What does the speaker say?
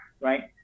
right